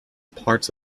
parts